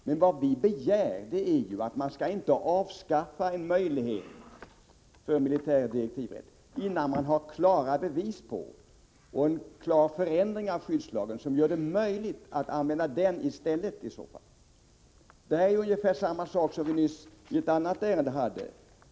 Men vad vi begär är att man inte skall avskaffa en möjlighet till militär direktivrätt, innan man har genomfört klara ändringar av skyddslagen som gör det möjligt att använda den i stället. Situationen är ungefär densamma som beträffande ett tidigare ärende.